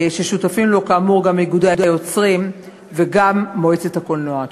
ששותפים לו כאמור גם איגודי היוצרים וגם מועצת הקולנוע.